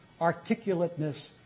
articulateness